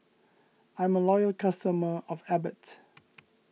I'm a loyal customer of Abbott